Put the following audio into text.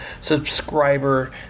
subscriber